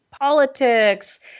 politics